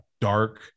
dark